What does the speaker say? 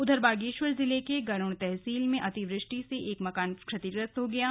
उधर बागेश्वर जिले के गरुड़ तहसील में अतिवृष्टि से मकान क्षतिग्रस्त हुआ है